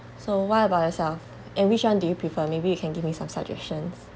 so what about yourself and which one do you prefer maybe you can give me some suggestions